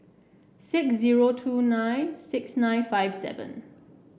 six zero two nine six nine five seven